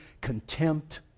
contempt